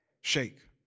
shake